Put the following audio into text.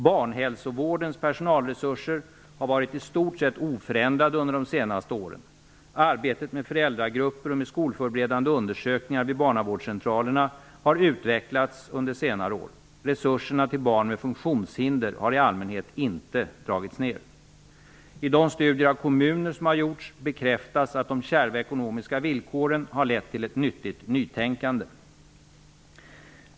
Barnhälsovårdens personalresurser har varit i stort sett oförändrade under de senaste åren. Arbetet med föräldragrupper och med skolförberedande undersökningar vid barnavårdscentralerna har utvecklats under senare år. Resurserna till barn med funktionshinder har i allmänhet inte dragits ned. I de studier av kommuner som har gjorts bekräftas att de kärva ekonomiska villkoren har lett till ett nyttigt nytänkande.